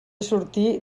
sortir